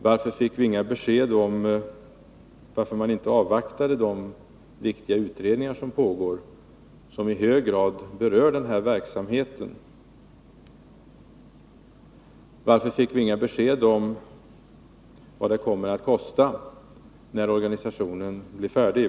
Varför fick vi inget besked om varför man inte avvaktade de viktiga utredningar som pågår och som i hög grad berör den här verksamheten? Varför fick vi inget besked om vad det kommer att kosta när organisationen blir färdig?